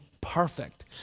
perfect